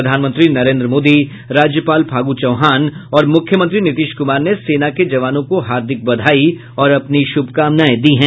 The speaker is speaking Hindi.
प्रधानमंत्री नरेन्द्र मोदी राज्यपाल फागू चौहान और मुख्यमंत्री नीतीश कुमार ने सेना के जवानों को हार्दिक बधाई और अपनी शुभकामनाएं दी है